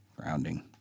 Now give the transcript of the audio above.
grounding